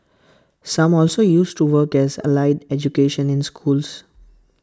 some also used to work as allied educations in schools